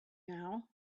now